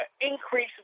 increase